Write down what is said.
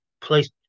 place